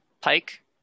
Pike